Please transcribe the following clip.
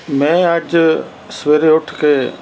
ਮੈਂ ਅੱਜ ਸਵੇਰੇ ਉੱਠ ਕੇ